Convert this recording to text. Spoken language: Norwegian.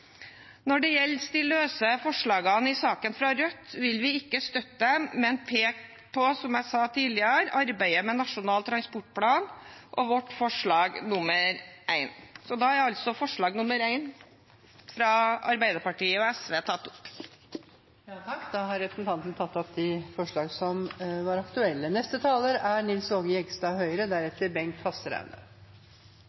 Når det gjelder de løse forslagene i saken, fra Rødt, vil vi ikke støtte dem, men peke på, som jeg sa tidligere, arbeidet med Nasjonal transportplan og vårt forslag nr. 1. Representanten Kirsti Leirtrø har tatt opp det forslaget hun refererte. Forslagsstilleren tar opp